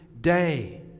day